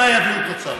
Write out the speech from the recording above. אולי יחליטו שם.